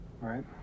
Right